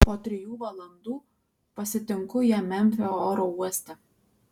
po trijų valandų pasitinku ją memfio oro uoste